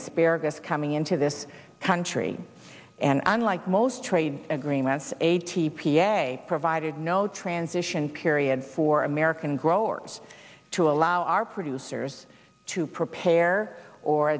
asparagus coming into this country and unlike most trade agreements a t p a provided no transition period for american growers to allow our producers to prepare or